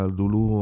dulu